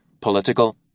political